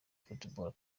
football